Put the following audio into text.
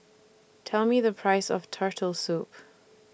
Tell Me The Price of Turtle Soup